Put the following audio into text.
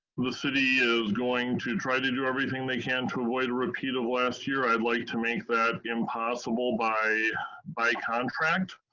the city is going to try to do everything they can to avoid a repeat of last year. i would like to make that impossible by by contract.